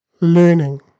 learning